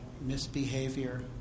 misbehavior